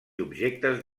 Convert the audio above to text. objectes